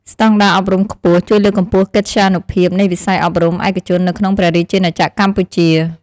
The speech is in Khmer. ស្តង់ដារអប់រំខ្ពស់ជួយលើកកម្ពស់កិត្យានុភាពនៃវិស័យអប់រំឯកជននៅក្នុងព្រះរាជាណាចក្រកម្ពុជា។